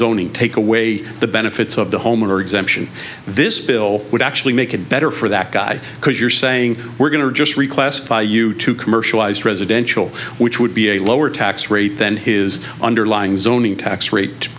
zoning take away the benefits of the homeowner exemption this bill would actually make it better for that guy because you're saying we're going to just reclassify you to commercialise residential which would be a lower tax rate than his underlying zoning tax rate